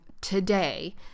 today